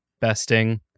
besting